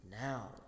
now